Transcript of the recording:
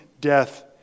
death